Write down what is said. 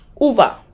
over